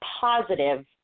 positive